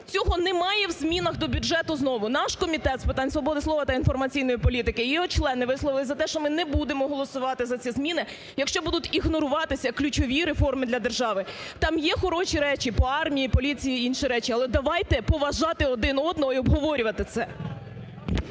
Цього немає в змінах до бюджету знову. Наш Комітет з питань свободи слова та інформаційної політики, його члени висловились за те, що ми не будемо голосувати за ці зміни, якщо будуть ігноруватися ключові реформи для держави. Там є хороші речі, по армії, поліції і інші речі, але давайте поважати один одного і обговорювати це.